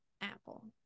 apple